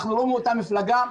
אנחנו לא מאותה מפלגה,